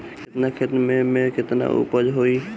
केतना खेत में में केतना उपज होई?